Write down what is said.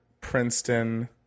Princeton